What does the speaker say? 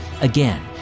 Again